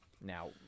Now